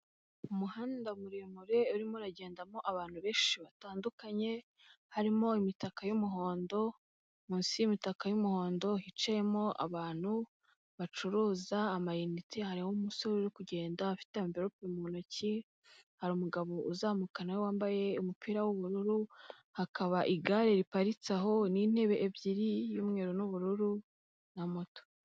Umuhanda muremure urimo uragendamo abantu benshi batandukanye, harimo imitaka y'umuhondo, munsi y'imitaka y'umuhondo hicayemo abantu bacuruza amayinite, hariho umusore uri kugenda afite amverope mu ntoki, hari umuigabo uzamuka na we wambaye umupira w'ubururu, hakaba igare riparitse aho n'intebe ebyiri, iy'umweru n'ubururu na moto.